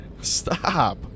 Stop